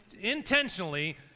intentionally